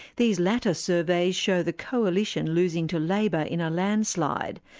these latter surveys show the coalition losing to labor in a landslide,